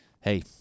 Hey